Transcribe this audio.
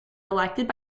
elected